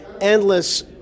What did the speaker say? endless